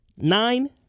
Nine